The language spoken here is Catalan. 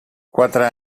quatre